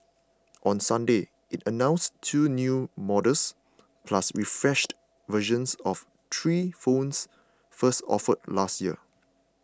on Sunday it announced two new models plus refreshed versions of three phones first offered last year